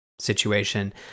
situation